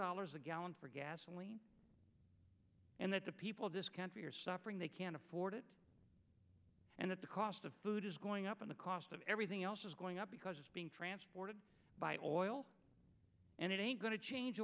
dollars a gallon for gasoline and that the people of this country are suffering they can't afford it and that the cost of food is going up in the cost of everything else is going up because it's being transported by toil and it ain't going to change